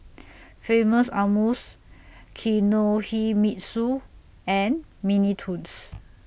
Famous Amos Kinohimitsu and Mini Toons